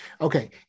Okay